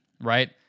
right